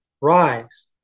Rise